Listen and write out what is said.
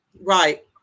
Right